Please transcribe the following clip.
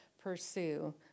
pursue